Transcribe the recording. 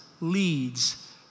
leads